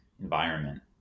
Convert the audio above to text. environment